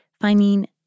finding